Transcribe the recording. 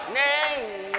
name